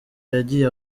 yagiye